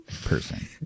person